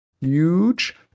huge